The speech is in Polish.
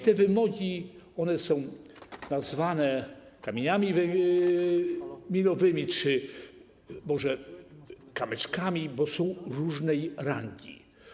Te wymogi są nazwane kamieniami milowymi, czy może kamyczkami, bo są różnej rangi.